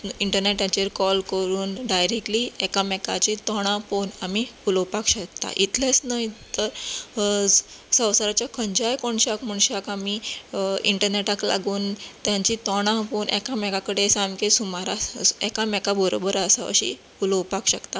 इंटनेटाचेर कॉल करून डायरेक्टली एकामेकाची तोंडा पळोवन आमी उलोवपाक शकतात इतलेंच न्हय तर संवसाराच्या खंयच्या कोनशाक मनशाक आमी इंटरनेटाक लागून तांची तोंडा पळोवन एकामे कडेन सामकें सुमाराक एकामेका बरोबर आसा अशी उलोवपाक शकतां